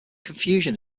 confusion